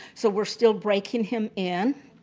so we're still breaking him in.